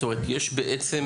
זאת אומרת, יש בעצם